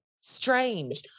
strange